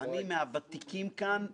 אני מהוותיקים כאן.